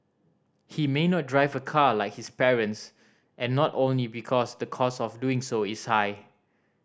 he may not drive a car like his parents and not only because the cost of doing so is high